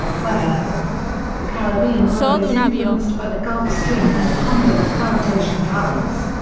weather the caribbean weather is influenced by the gulf stream and humboldt current ocean currents.